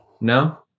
No